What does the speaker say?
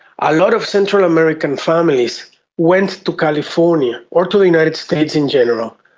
a lot of central american families went to california or to the united states in general,